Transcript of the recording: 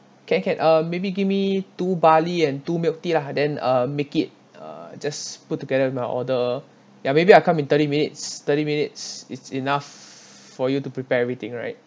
can can um maybe give me two barley and two milk tea lah then uh make it uh just put together with my order ya maybe I'll come in thirty minutes thirty minutes is enough for you to prepare everything right